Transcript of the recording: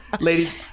Ladies